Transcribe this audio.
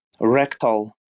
rectal